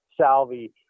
Salvi